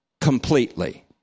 completely